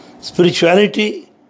Spirituality